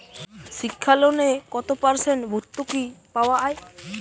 শিক্ষা লোনে কত পার্সেন্ট ভূর্তুকি পাওয়া য়ায়?